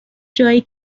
جایی